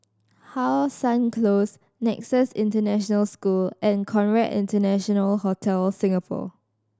How Sun Close Nexus International School and Conrad International Hotel Singapore